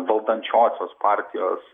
valdančiosios partijos